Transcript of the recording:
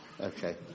Okay